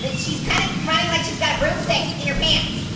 but she's kind of running like she's got a broomstick in her pants.